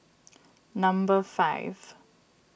number five